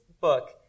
book